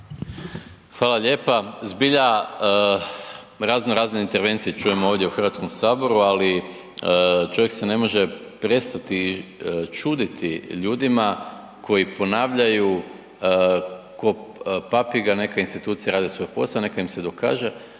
Hvala lijepa. Zbilja razno razne intervencije čujem ovdje u Hrvatskom saboru, ali čovjek se ne može čuditi ljudima koji ponavljaju ko papiga, neka institucije rade svoj posao, neka im se dokaže,